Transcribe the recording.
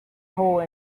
hole